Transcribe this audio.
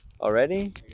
Already